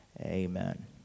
Amen